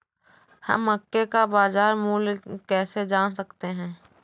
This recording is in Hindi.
हम मक्के का बाजार मूल्य कैसे जान सकते हैं?